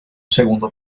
segundo